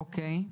אוקיי.